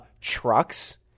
Trucks